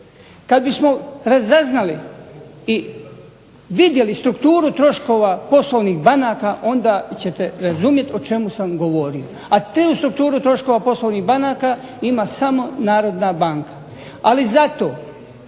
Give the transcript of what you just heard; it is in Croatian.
Kad bismo razaznali i vidjeli strukturu troškova poslovnih banaka onda ćete razumjet o čemu sam govorio, a tu strukturu troškova poslovnih banaka ima samo Narodna banka. Ali zato